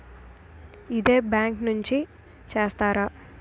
ఇదే బ్యాంక్ నుంచి చేస్తారా?